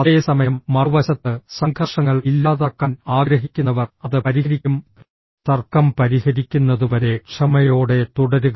അതേസമയം മറുവശത്ത് സംഘർഷങ്ങൾ ഇല്ലാതാക്കാൻ ആഗ്രഹിക്കുന്നവർ അത് പരിഹരിക്കും തർക്കം പരിഹരിക്കുന്നതുവരെ ക്ഷമയോടെ തുടരുക